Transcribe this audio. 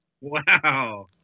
Wow